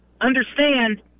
understand